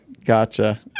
Gotcha